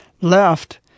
left